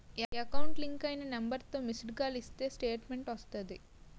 account link అయిన నెంబర్తో missed call ఇస్తే స్టేట్మెంటు వస్తాది